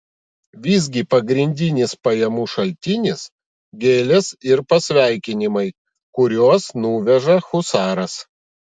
visgi pagrindinis pajamų šaltinis gėlės ir pasveikinimai kuriuos nuveža husaras